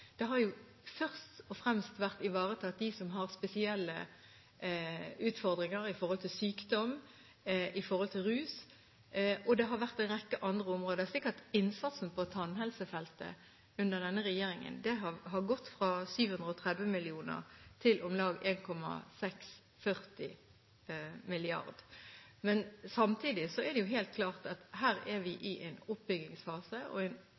har først og fremst ivaretatt dem som har spesielle utfordringer når det gjelder sykdom, når det gjelder rus, og på en rekke andre områder, slik at innsatsen på tannhelsefeltet under denne regjeringen har gått fra 730 mill. kr til om lag 1 640 mill. kr. Samtidig er det helt klart at vi er i en oppbyggingsfase, og at vi vil ha en